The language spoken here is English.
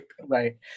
right